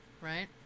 Right